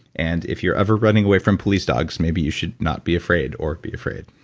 and if you're ever running away from police dogs, maybe you should not be afraid or be afraid